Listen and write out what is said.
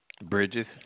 bridges